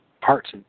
parts